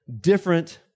different